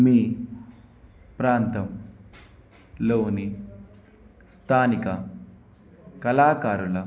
మీ ప్రాంతంలోని స్థానిక కళాకారుల